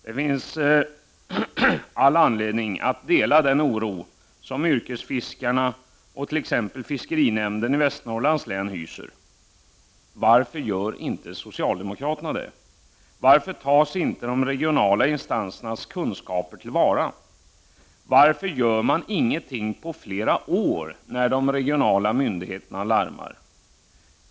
Det finns all anledning att dela den oro som yrkesfiskarna och t.ex. fiskerinämnden i Västernorrlands län hyser. Varför gör inte socialdemokraterna det? Varför tas inte de regionala instansernas kunskaper till vara? Varför görs inget under flera år när de regionala myndigheterna larmar?